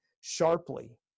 sharply